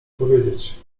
powiedzieć